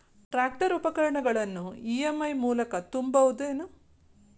Tractor ಉಪಕರಣಗಳನ್ನು EMI ಮೂಲಕ ತುಂಬಬಹುದ ಏನ್?